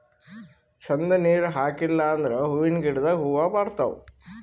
ಛಂದ್ ನೀರ್ ಹಾಕಿಲ್ ಅಂದ್ರ ಹೂವಿನ ಗಿಡದಾಗ್ ಹೂವ ಬಾಡ್ತಾವ್